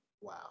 wow